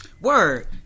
Word